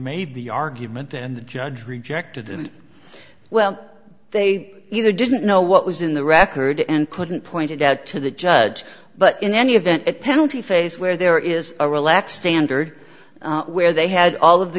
made the argument and the judge rejected and well they either didn't know what was in the record and couldn't point it out to the judge but in any event the penalty phase where there is a relaxed standard where they had all of the